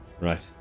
right